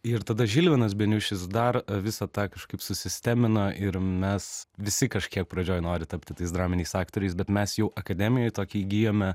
ir tada žilvinas beniušis dar visą tą kažkaip susistemina ir mes visi kažkiek pradžioj nori tapti tais draminiais aktoriais bet mes jau akademijoj tokį įgyjame